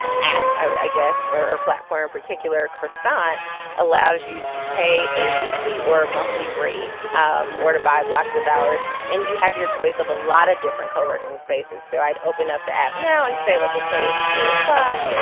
ah app i guess or platform in particular chris ah site allows you to pay a weekly or monthly rate um or to buy blocks of hours and you have your choice of a lot of different coworking spaces. so i'd open up the app now and say look okay it's three o'clock.